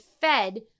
fed